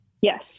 Yes